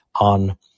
on